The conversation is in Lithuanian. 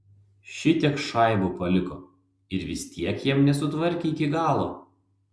šitiek šaibų paliko ir vis tiek jam nesutvarkė iki galo